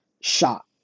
shot